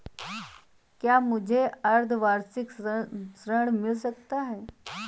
क्या मुझे अर्धवार्षिक ऋण मिल सकता है?